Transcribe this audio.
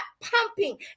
pumping